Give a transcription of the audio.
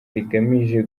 rigamije